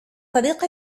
طريق